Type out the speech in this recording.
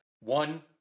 one